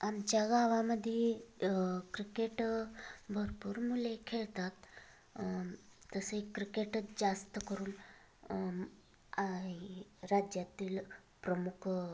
आमच्या गावामध्ये क्रिकेट भरपूर मुले खेळतात तसे क्रिकेटच जास्त करून राज्यातील प्रमुख